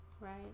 Right